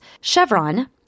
Chevron